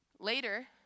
Later